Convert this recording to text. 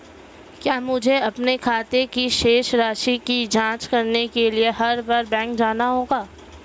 क्या मुझे अपने खाते की शेष राशि की जांच करने के लिए हर बार बैंक जाना होगा?